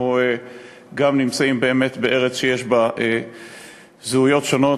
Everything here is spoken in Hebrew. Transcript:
אנחנו גם נמצאים באמת בארץ שיש בה זהויות שונות,